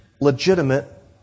legitimate